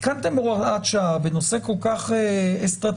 התקנתם הוראת שעה בנושא כל כך אסטרטגי,